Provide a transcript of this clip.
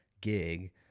gig